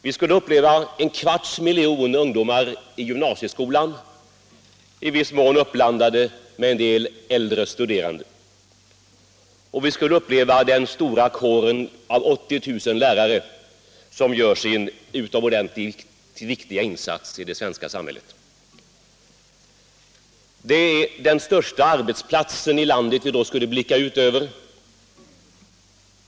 Vi skulle uppleva en kvarts miljon ungdomar i gymnasieskolan, i viss mån uppblandade med en del äldre studerande, och vi skulle uppleva den stora kåren av 80 000 lärare som gör sin utomordentligt viktiga insats i det svenska samhället. Det är den största arbetsplatsen i landet vi då skulle blicka ut över.